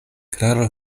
klaro